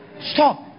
Stop